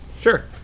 Sure